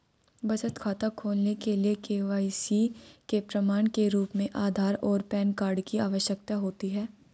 बचत खाता खोलने के लिए के.वाई.सी के प्रमाण के रूप में आधार और पैन कार्ड की आवश्यकता होती है